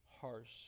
harsh